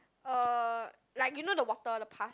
uh like you know the water the pus